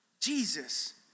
Jesus